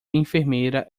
enfermeira